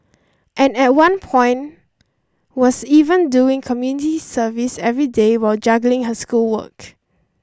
and at one point was even doing community service every day while juggling her schoolwork